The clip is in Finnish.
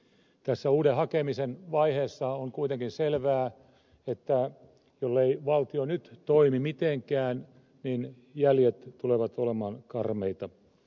tässä uuden hakemisen vaiheessa on kuitenkin selvää että jollei valtio nyt toimi mitenkään niin jäljet tulevat olemaan karmeita